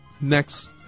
Next